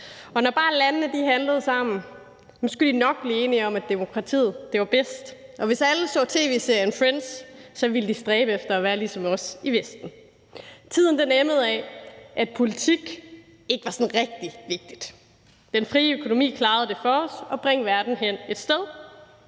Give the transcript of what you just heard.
Og når bare landene handlede sammen, skulle de nok blive enige om, at demokratiet var bedst, og hvis alle så tv-serien »Friends«, ville de stræbe efter at være ligesom os i Vesten. Tiden emmede af, at politik ikke var sådan rigtig vigtigt. Den frie økonomi klarede for os at bringe verden hen et sted,